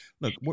look